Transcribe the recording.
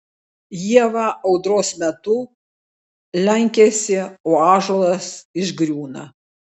ieva audros metu lenkiasi o ąžuolas išgriūna